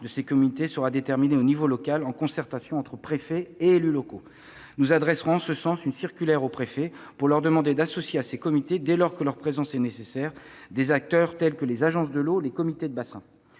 de ces comités sera déterminée au niveau local, en concertation entre préfets et élus locaux. Nous adresserons une circulaire en ce sens aux préfets, pour leur demander d'associer à ces comités, dès lors que leur présence est nécessaire, des acteurs tels que les agences de l'eau ou les comités de bassin.